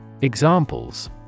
Examples